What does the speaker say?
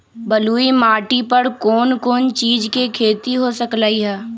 बलुई माटी पर कोन कोन चीज के खेती हो सकलई ह?